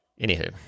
anywho